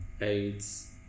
AIDS